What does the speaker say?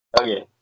okay